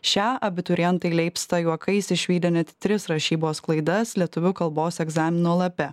šią abiturientai leipsta juokais išvydę net tris rašybos klaidas lietuvių kalbos egzamino lape